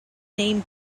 name